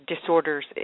disorders